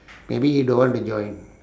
maybe he don't want to join